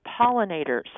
pollinators